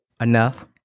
Enough